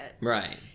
Right